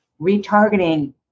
Retargeting